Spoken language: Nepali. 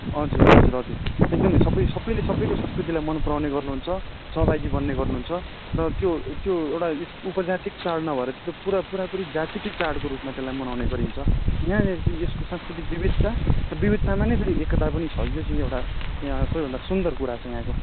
हजुर हजुर हजुर एकदमै सबै सबैले सबैको संस्कृतिलाई मन पराउने गर्नु हुन्छ सहभागी बन्ने गर्नुहुन्छ र त्यो त्यो एउटा उपजाति चाड नभएर त्यो पुरा पुरापुरी जातिकै चाडको रूपमा त्यसलाई मनाउने गरिन्छ यहाँनेरि चाहिँ यसको सांस्कृतिक विविधता विविधतामा नै फेरि एकता पनि छ यो चाहिँ एउटा यहाँ सबैभन्दा सुन्दर कुरा छ यहाँको